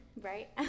right